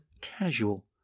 casual